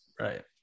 Right